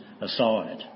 aside